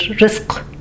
risk